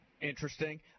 interesting